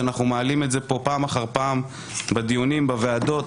שאנחנו מעלים את זה פה פעם אחר פעם בדיונים בוועדות,